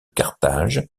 carthage